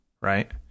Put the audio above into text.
right